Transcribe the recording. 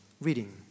reading